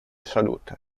salute